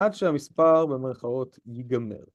‫עד שהמספר במרכאות ייגמר.